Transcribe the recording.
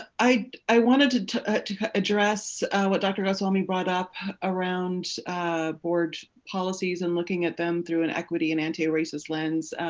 i i wanted to to address what dr. goswami brought up around board policies and looking at them through an ecwit and he and antiracist lens.